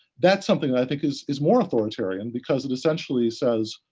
that's something i think is is more authoritarian because it essentially says,